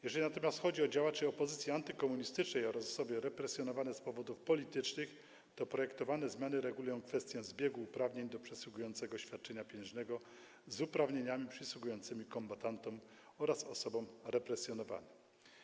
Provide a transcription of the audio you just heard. Jeżeli natomiast chodzi o działaczy opozycji antykomunistycznej oraz osoby represjonowane z powodów politycznych, to projektowane zmiany regulują kwestię zbiegu uprawnień do przysługującego świadczenia pieniężnego z uprawnieniami przysługującymi kombatantom oraz osobom represjonowanym.